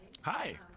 Hi